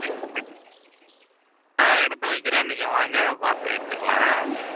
சரிங்க தம்பி ஆ எடுத்து வைக்கிறேன் நீங்கள் வாங்க பார்த்து எடுத்துக்கலாம் ஆ